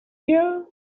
here